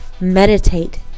Meditate